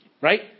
Right